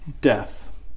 death